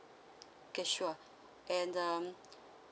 okay sure and um